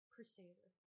Crusader